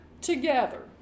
together